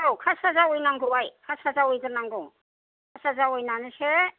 औ खासिया जावैनांगौ आय खासिया जावैगोरनांगौ खासिया जावैनानैसो